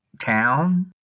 town